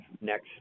next